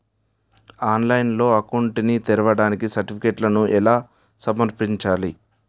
ఆన్లైన్లో అకౌంట్ ని తెరవడానికి సర్టిఫికెట్లను ఎలా సమర్పించాలి?